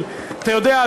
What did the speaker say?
אתה יודע,